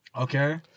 Okay